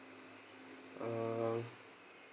err